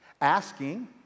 Asking